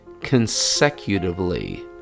consecutively